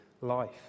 life